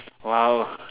!wow!